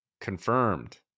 confirmed